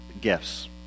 gifts